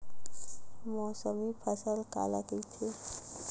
मौसमी फसल काला कइथे?